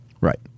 right